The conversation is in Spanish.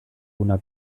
una